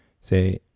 say